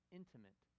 intimate